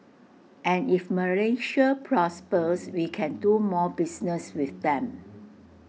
and if Malaysia prospers we can do more business with them